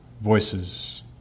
voices